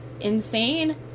insane